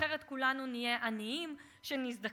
אחרת כולנו נהיה עניים כשנזדקן.